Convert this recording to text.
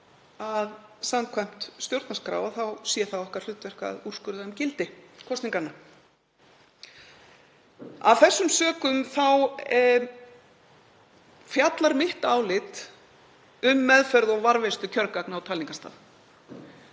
að samkvæmt stjórnarskrá sé það okkar hlutverk að úrskurða um gildi kosninganna. Af þessum sökum fjallar mitt álit um meðferð og varðveislu kjörgagna á talningarstað.